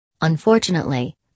Unfortunately